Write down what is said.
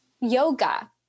yoga